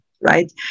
right